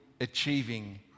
achieving